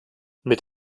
mit